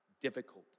difficult